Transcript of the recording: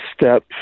step